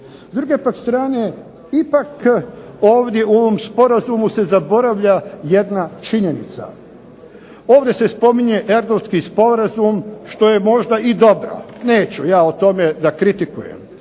druge pak strane ipak ovdje u ovom sporazumu se zaboravlja jedna činjenica. Ovdje se spominje …/Ne razumije se./… sporazum što je možda i dobro. Neću ja o tome da kritikujem.